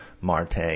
Marte